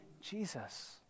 Jesus